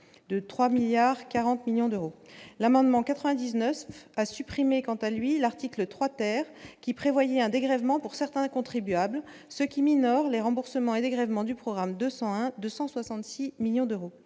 40 millions d'euros, l'amendement 99 à supprimer, quant à lui, l'article 3 ter qui prévoyait un dégrèvement pour certains contribuables ce qui minore les remboursements et dégrèvements du programme 201 266 millions d'euros,